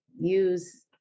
use